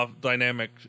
dynamic